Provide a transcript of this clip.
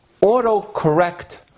auto-correct